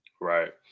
right